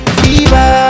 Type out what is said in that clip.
fever